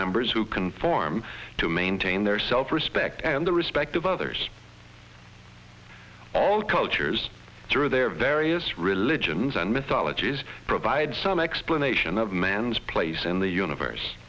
members who conform to maintain their self respect and the respect of others all cultures through their various religions and mythologies provide some explanation of man's place in the universe